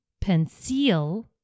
pencil